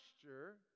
posture